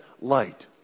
light